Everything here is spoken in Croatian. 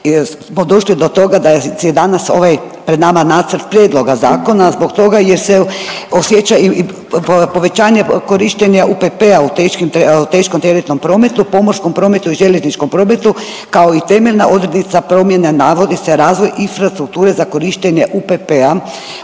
smo došli do toga da je danas ovaj pred nama nacrt prijedloga zakona zbog toga jer se osjeća i povećanje korištenja UPP-a u teškim, u teškom teretnom prometu, pomorskom prometu i željezničkom prometu, kao i temeljna odrednica promjene navodi se razvoj infrastrukture za korištenje UPP-a